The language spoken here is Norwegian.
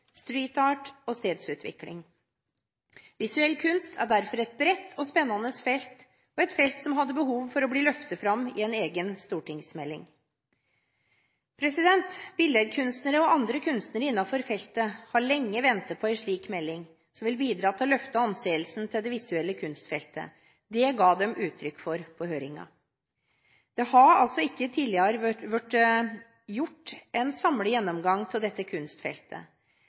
og stedsutvikling. Visuell kunst er derfor et bredt og spennende felt, og et felt som hadde behov for å bli løftet fram i en egen stortingsmelding. Billedkunstnere og andre kunstnere innenfor feltet har lenge ventet på en slik melding, som vil bidra til å løfte anseelsen til det visuelle kunstfeltet. Det ga de uttrykk for på høringen. Det har altså ikke tidligere blitt foretatt en samlet gjennomgang av dette kunstfeltet.